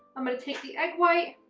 i'm going to take the egg white,